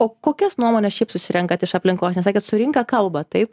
o kokias nuomones šiaip susirenkat iš aplinkos nes sakėt kad su rinka kalbat taip